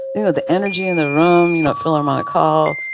you know, the energy in the room, you know, philharmonic hall,